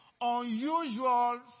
unusual